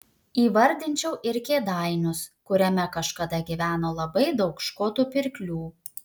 įvardinčiau ir kėdainius kuriame kažkada gyveno labai daug škotų pirklių